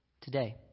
Today